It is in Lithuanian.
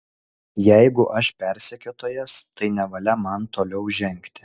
jeigu aš persekiotojas tai nevalia man toliau žengti